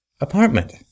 apartment